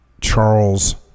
Charles